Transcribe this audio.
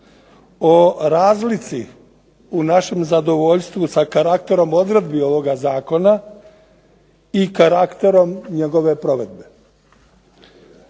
o razlici u našem zadovoljstvu sa karakterom odredbi ovoga zakona i karakterom njegove provedbe.